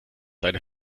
deine